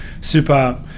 super